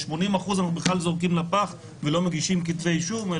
80% אנחנו זורקים לפח ולא מגישים כתבי אישום.